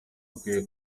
akwiye